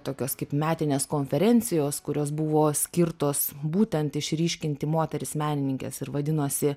tokios kaip metinės konferencijos kurios buvo skirtos būtent išryškinti moteris menininkes ir vadinosi